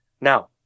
Now